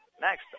Next